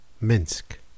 Minsk